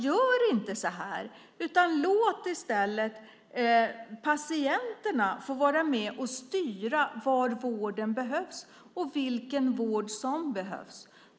Gör inte så här, utan låt i stället patienterna få vara med och styra var vården behövs och vilken vård som behövs.